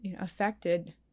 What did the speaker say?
affected